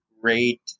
great